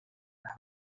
las